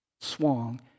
swung